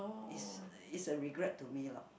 is is a regret to me lor